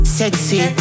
sexy